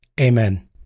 Amen